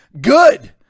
Good